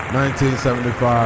1975